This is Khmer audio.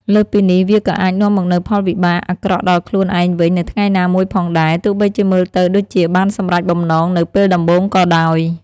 លើសពីនេះ វាក៏អាចនាំមកនូវផលវិបាកអាក្រក់ដល់ខ្លួនឯងវិញនៅថ្ងៃណាមួយផងដែរ ទោះបីជាមើលទៅដូចជាបានសម្រេចបំណងនៅពេលដំបូងក៏ដោយ។